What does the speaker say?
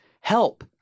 help